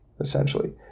essentially